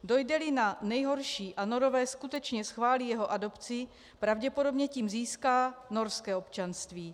Dojdeli na nejhorší a Norové skutečně schválí jeho adopci, pravděpodobně tím získá norské občanství.